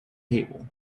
table